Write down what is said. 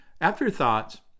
Afterthoughts